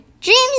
Dreams